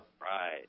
Right